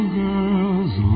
girl's